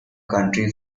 country